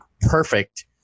perfect